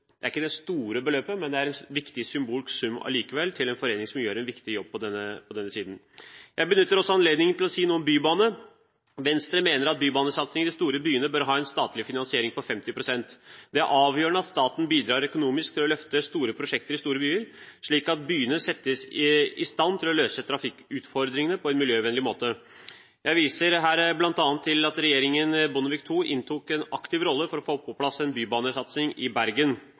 viktig symbolsk sum til en forening som gjør en viktig jobb på dette området. Jeg benytter også anledningen til å si noe om bybane. Venstre mener at bybanesatsingen i de store byene bør ha en statlig finansiering på 50 pst. Det er avgjørende at staten bidrar økonomisk til å løfte store prosjekter i store byer, slik at byene settes i stand til å løse trafikkutfordringene på en miljøvennlig måte. Jeg viser her til at regjeringen Bondevik II inntok en aktiv rolle for å få på plass en bybanesatsing i Bergen.